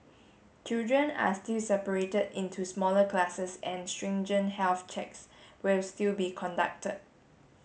children are still separated into smaller classes and stringent health checks will still be conducted